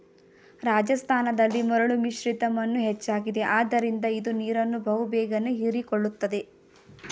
ರಾಜಸ್ಥಾನದಲ್ಲಿ ಮರಳು ಮಿಶ್ರಿತ ಮಣ್ಣು ಹೆಚ್ಚಾಗಿದೆ ಆದ್ದರಿಂದ ಇದು ನೀರನ್ನು ಬಹು ಬೇಗನೆ ಹೀರಿಕೊಳ್ಳುತ್ತದೆ